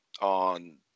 on